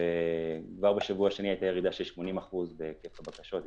כבר בשבוע השני הייתה ירידה של 80% בהיקף הבקשות,